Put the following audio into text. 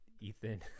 Ethan